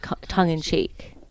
tongue-in-cheek